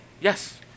Yes